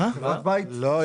לא.